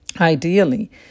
Ideally